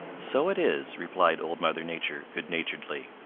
so it is, replied old mother nature good-naturedly.